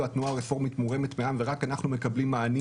התנועה הרפורמית מורמת מהעם ורק אנחנו מקבלים מענים